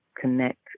connect